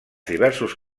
diversos